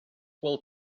will